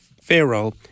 Pharaoh